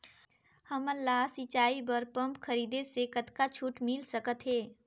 हमन ला सिंचाई बर पंप खरीदे से कतका छूट मिल सकत हे?